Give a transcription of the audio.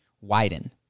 widen